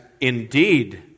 indeed